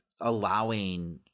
allowing